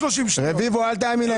רביבו, אל תאמין להם.